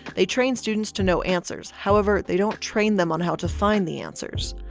they train students to know answers. however, they don't train them on how to find the answers.